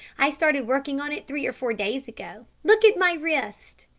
i started work on it three or four days ago. look at my wrist!